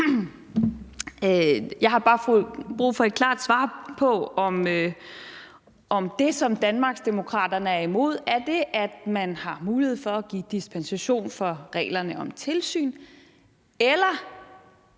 Jeg har bare fået brug for et klart svar på, om det, som Danmarksdemokraterne er imod, er, at man har mulighed for at give dispensation fra reglerne om tilsyn, eller